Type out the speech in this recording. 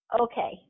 okay